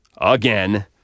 Again